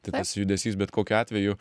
tai tas judesys bet kokiu atveju